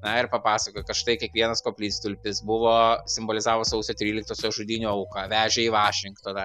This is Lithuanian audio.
na ir papasakoj kad štai kiekvienas koplystulpis buvo simbolizavo sausio tryliktosios žudynių auką vežė į vašingtoną